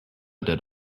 did